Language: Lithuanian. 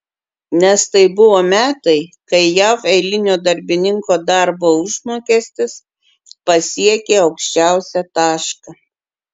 nes tai buvo metai kai jav eilinio darbininko darbo užmokestis pasiekė aukščiausią tašką